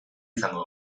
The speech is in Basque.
izango